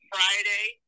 Friday